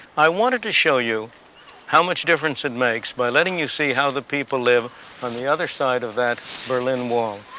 i wanted to show you how much difference it makes by letting you see how the people live on the other side of that berlin wall.